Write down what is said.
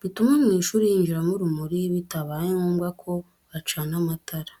bituma mu ishuri hinjiramo urumuri bitabaye ngombwa ko bacana amatara.